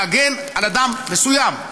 להגן על אדם מסוים.